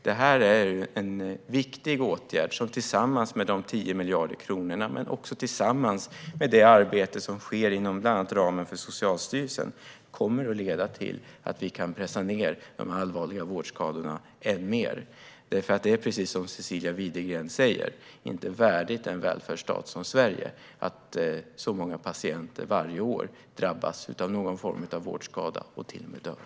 Det här är en viktig åtgärd som tillsammans med de 10 miljarder kronorna men också tillsammans med det arbete som sker bland annat inom ramen för Socialstyrelsen kommer att leda till att vi kan pressa ned antalet allvarliga vårdskador än mer. Det är precis som Cecilia Widegren säger inte värdigt en välfärdsstat som Sverige att så många patienter varje år drabbas av någon form av vårdskada och till och med dör.